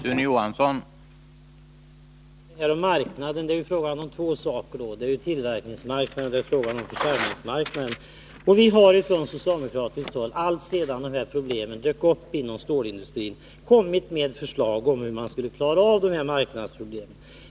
Herr talman! Industriministern talar om marknaden. Det är då fråga om två saker: tillverkningsmarknaden och försäljningsmarknaden. Vi har från socialdemokratiskt håll alltsedan problemen inom stålindustrin dök upp kommit med förslag om hur man skulle kunna klara av dessa marknadsproblem.